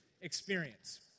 experience